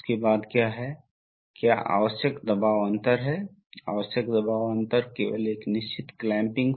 इसलिए जब सोलनॉइड को बंद किया जाता है तो यह दिशात्मक वाल्व सही स्थिति में आ जाता है इसलिए सही स्थिति में क्या हो रहा है